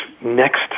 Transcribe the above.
next